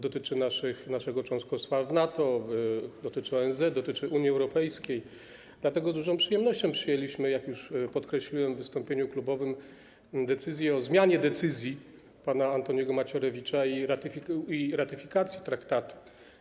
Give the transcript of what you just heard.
Dotyczy to naszego członkostwa w NATO, dotyczy ONZ, Unii Europejskiej, dlatego z dużą przyjemnością przyjęliśmy, jak już podkreśliłem w wystąpieniu klubowym, decyzję o zmianie decyzji pana Antoniego Macierewicza i o ratyfikacji traktatu.